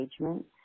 engagement